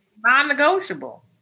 Non-negotiable